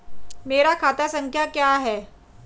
मेरा खाता संख्या क्या है?